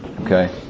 Okay